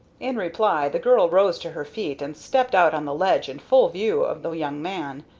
in reply, the girl rose to her feet and stepped out on the ledge in full view of the young man.